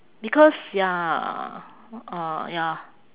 because ya ah ya